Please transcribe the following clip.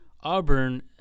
Auburn